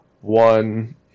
one